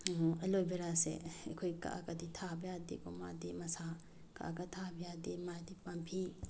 aloe ꯕꯦꯔꯥꯁꯦ ꯑꯩꯈꯣꯏ ꯀꯛꯂꯒꯗꯤ ꯊꯥꯕ ꯌꯥꯗꯦꯀꯣ ꯃꯥꯗꯤ ꯃꯁꯥ ꯀꯛꯂꯒ ꯊꯥꯕ ꯌꯥꯗꯦ ꯃꯥꯗꯤ ꯄꯥꯝꯕꯤ